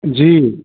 जी